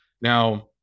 Now